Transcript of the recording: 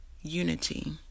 Unity